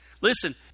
Listen